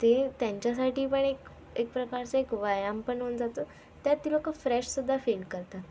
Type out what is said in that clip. ते त्यांच्यासाठी पण एक एक प्रकारचे एक व्यायाम पणहोऊहुन जातो त्यात ती लोकं फ्रेशसुद्धा फील करतात